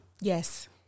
Yes